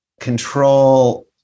control